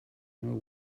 know